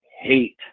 hate